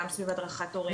גם סביב הדרכת הורים,